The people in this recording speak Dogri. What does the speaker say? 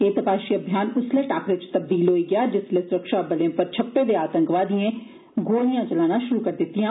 एह् तपाशी अभियान उस्सलै टाकरे च तबदील होई गेआ जिस्सलै सुरक्षाबलें उप्पर छप्पे दे आतंकवादिएं गोलियां चलाना रम्भ करी दितियां